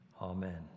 amen